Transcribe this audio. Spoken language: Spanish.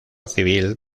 civil